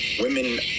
women